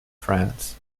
france